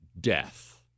death